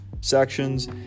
sections